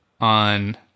on